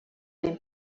been